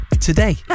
today